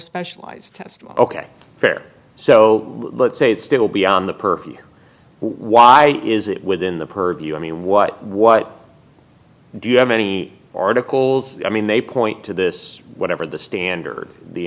specialized test ok fair so let's say it still be on the purview why is it within the purview i mean what what do you have any articles i mean they point to this whatever the standard the